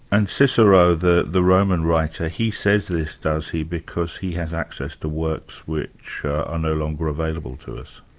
and cicero, the the roman writer, he says this does he, because he has access to works which are no longer available to us?